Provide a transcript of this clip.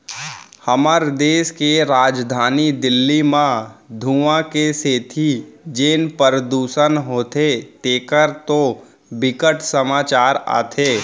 हमर देस के राजधानी दिल्ली म धुंआ के सेती जेन परदूसन होथे तेखर तो बिकट समाचार आथे